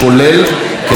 כנוסח הוועדה.